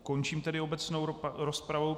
Končím tedy obecnou rozpravu.